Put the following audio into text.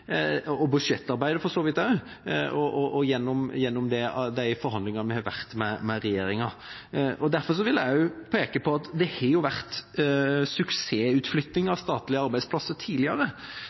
og for så vidt også i budsjettarbeidet og gjennom de forhandlingene vi har vært i med regjeringen. Derfor vil jeg også peke på at det har vært suksessutflyttinger av statlige arbeidsplasser tidligere,